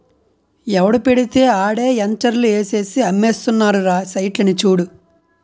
ఎవడు పెడితే ఆడే ఎంచర్లు ఏసేసి అమ్మేస్తున్నారురా సైట్లని చూడు